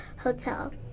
Hotel